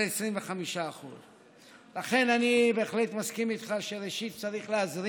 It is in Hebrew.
של 25%. לכן אני בהחלט מסכים איתך שראשית צריך להזרים,